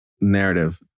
narrative